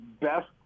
best